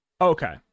Okay